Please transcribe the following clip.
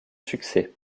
succès